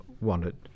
wanted